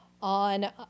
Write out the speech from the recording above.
on